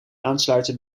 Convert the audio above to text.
aansluiten